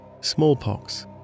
Smallpox